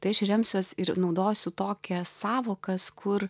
tai aš ir remsiuos ir naudosiu tokias sąvokas kur